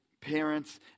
parents